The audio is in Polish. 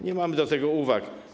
Nie mamy co do tego uwag.